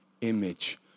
image